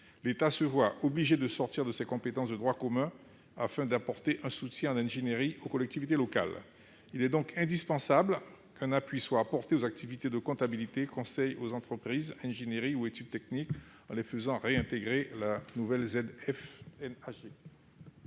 L'État se voit obligé de sortir de ses compétences de droit commun, afin de fournir un soutien en ingénierie aux collectivités locales. Il est donc indispensable qu'un appui soit apporté aux activités de comptabilité, de conseil aux entreprises, d'ingénierie ou d'études techniques. L'amendement n° 295